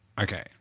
okay